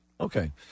Okay